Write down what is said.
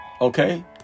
Okay